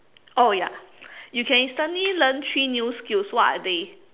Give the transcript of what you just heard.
oh ya you can instantly learn three new skills what are they